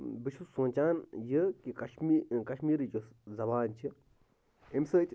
بہٕ چھُس سونٛچان یہِ کہِ کَشمیٖر کَشمیٖرٕچ یۄس زَبان چھِ اَمہِ سۭتۍ